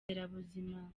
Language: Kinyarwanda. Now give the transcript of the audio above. nderabuzima